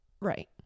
right